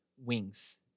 wings